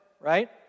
right